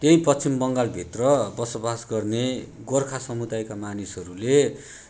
त्यही पश्चिम बङ्गाल भित्र बसोबास गर्ने गोर्खा समुदायका मानिसहरूले